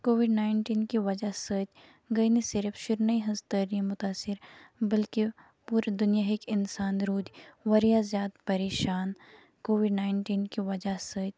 Covid nineteen کہ وجہہ سۭتۍ گٔے نہٕ صرف شُرنی ہنٛز تعلیم مُتٲثر بلکہ پورٕ دُنہِ ہک انسان رودۍ واریاہ زیادٕ پریشان کووِڑ ناینٹیٖن کہِ وجہہ سۭتۍ